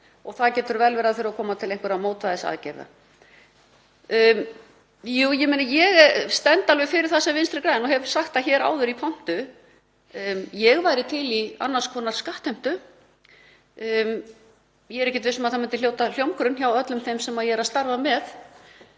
Það getur vel verið að það þurfi að koma til einhverra mótvægisaðgerða. Jú, ég stend alveg fyrir það sem Vinstri græn — ég hef sagt það hér áður í pontu að ég væri til í annars konar skattheimtu. Ég er ekkert viss um að það myndi hljóta hljómgrunn hjá öllum þeim sem ég starfa með.